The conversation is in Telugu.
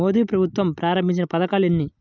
మోదీ ప్రభుత్వం ప్రారంభించిన పథకాలు ఎన్ని?